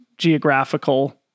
geographical